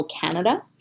Canada